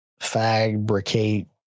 fabricate